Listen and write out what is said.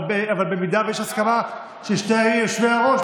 אבל אם יש הסכמה של שני יושבי-הראש,